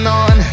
on